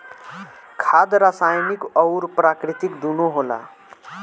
खाद रासायनिक अउर प्राकृतिक दूनो होला